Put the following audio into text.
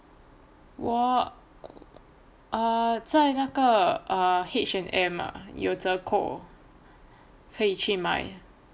我 uh 在那个 uh H&M uh 有折扣可以去买